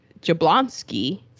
Jablonski